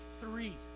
Three